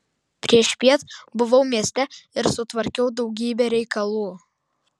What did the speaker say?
priešpiet buvau mieste ir sutvarkiau daugybę reikalų